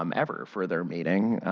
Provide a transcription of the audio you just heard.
um ever, for their meeting.